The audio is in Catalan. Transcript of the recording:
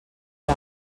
que